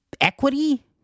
equity